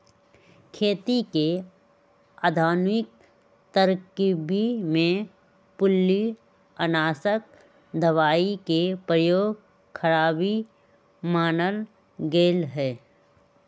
खेती के आधुनिक तरकिब में पिलुआनाशक दबाई के प्रयोग खराबी मानल गेलइ ह